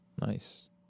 Nice